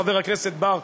חבר הכנסת בר,